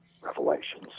Revelations